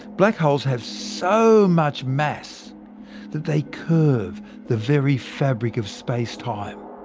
black holes have so much mass that they curve the very fabric of space-time.